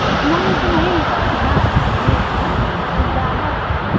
उतने में तो नहीं हो पाएगा ना फिर भी ज़्यादा